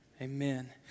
amen